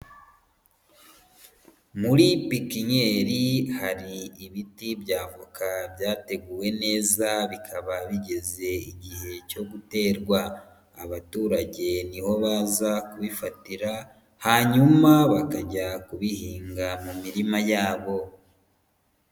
Muri pipinyeri hari ibiti by'avoka byateguwe neza bikaba bigeze igihe cyo guterwa. Abaturage ni ho baza kubifatira, hanyuma bakajya kubihinga mu mirima yabo.